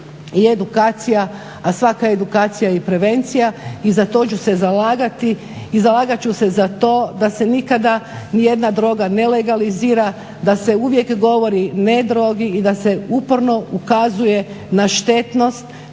i edukacija, a svaka edukacije je i prevencija i za to ću se zalagati, i zalagat ću se za to da se nikada ni jedna droga ne legalizira, da se uvijek govori ne drogi i da se uporno ukazuje na štetnost